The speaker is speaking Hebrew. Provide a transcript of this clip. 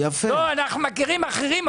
אנחנו מכירים אחרים,